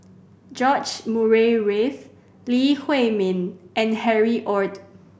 George Murray Reith Lee Huei Min and Harry Ord